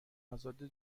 ازاده